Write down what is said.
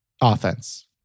offense